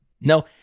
No